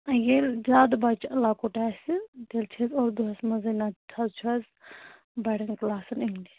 ییٚلہِ زِیادٕ بَچہٕ لَکُٹ آسہِ تیٚلہِ چھِ أسۍ اردو وس منٛزٕے نَتہٕ حظ چھِ أسۍ بَڈٮ۪ن کٕلاسَن اِنٛگلِش